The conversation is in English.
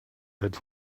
that